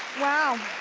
wow.